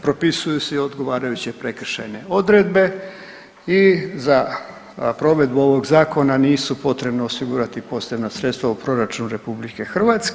Propisuju se i odgovarajuće prekršajne odredbe i za provedbu ovog zakona nisu potrebna osigurati posebna sredstva u proračunu RH.